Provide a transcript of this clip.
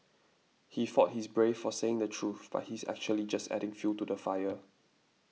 he thought he's brave for saying the truth but he's actually just adding fuel to the fire